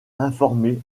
informé